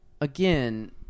again